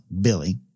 Billy